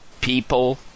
people